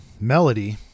melody